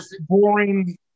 boring